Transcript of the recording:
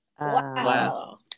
Wow